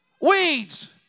Weeds